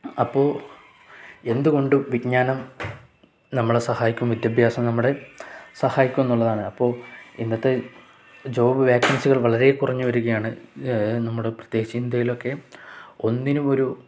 അപ്പോൾ എന്തുകൊണ്ടും വിജ്ഞാനം നമ്മളെ സഹായിക്കും വിദ്യാഭ്യാസം നമ്മുടെ സഹായിക്കുമെന്നുള്ളതാണ് അപ്പോൾ ഇന്നത്തെ ജോബ് വേക്കൻസികൾ വളരെ കുറഞ്ഞു വരികയാണ് നമ്മുടെ പ്രത്യേകിച്ച് ഇന്ത്യയിലൊക്കെ ഒന്നിനും ഒരു